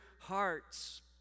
hearts